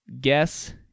guess